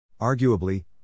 Arguably